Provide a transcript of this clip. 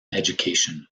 education